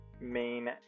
main